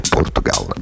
Portugal